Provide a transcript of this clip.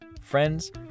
Friends